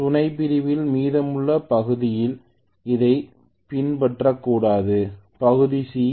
ஆகவே துணைப்பிரிவின் மீதமுள்ள பகுதிகள் அதைப் பின்பற்றக்கூடாது பகுதி சி